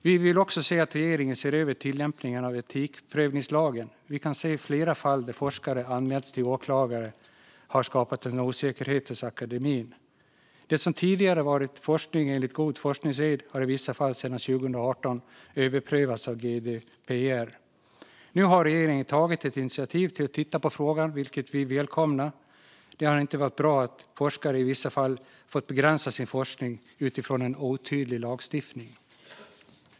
Vi vill även att regeringen ser över tillämpningen av etikprövningslagen. Vi kan se att flera fall där forskare har anmälts till åklagare har skapat en osäkerhet hos akademin. Det som tidigare har varit forskning enligt god forskningssed har sedan 2018 i vissa fall överprövats av GDPR. Nu har regeringen tagit ett initiativ till att titta på frågan, vilket vi välkomnar. Det har inte varit bra att forskare i vissa fall har fått begränsa sin forskning utifrån en otydlig lagstiftning.